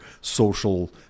social